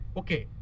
okay